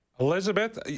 Elizabeth